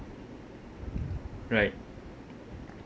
right